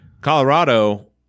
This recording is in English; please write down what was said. colorado